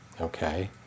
okay